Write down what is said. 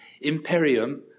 imperium